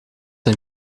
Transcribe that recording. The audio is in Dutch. een